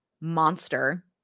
monster